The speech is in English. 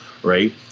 right